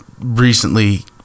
recently